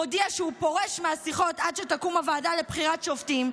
הודיע שהוא פורש מהשיחות עד שתקום הוועדה לבחירת שופטים,